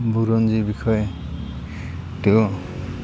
বুৰঞ্জীৰ বিষয়ে তেও